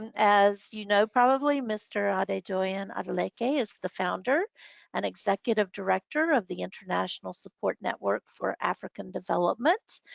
and as you know probably. mr. adedoyin adeleke is the founder and executive director of the international support network for african development.